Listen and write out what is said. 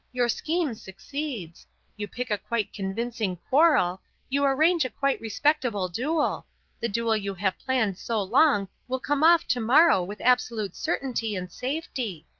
your scheme succeeds you pick a quite convincing quarrel you arrange a quite respectable duel the duel you have planned so long will come off tomorrow with absolute certainty and safety.